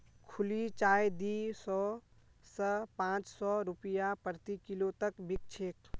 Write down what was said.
खुली चाय दी सौ स पाँच सौ रूपया प्रति किलो तक बिक छेक